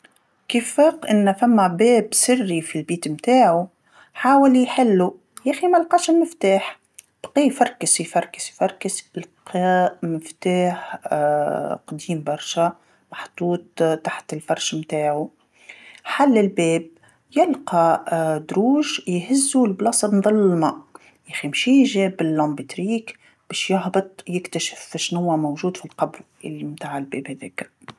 كي فاق أن فما باب سري في البيت متاعو حاول يحلو، يخي مالقاش المفتاح، بقى يفركس يفركس يفركس لقى مفتاح قديم برشا محطوط تحت الفرش نتاعو، حل الباب، يلقى دروج يهزو لبلاصة مظلمه، يخي مشا جاب المصباح الكهربائي باش يهبط يكتشف اشنوا موجود في القبو تاع الباب هذاكا.